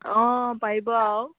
অঁ পাৰিব আৰু